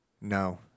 No